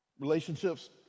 Relationships